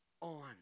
on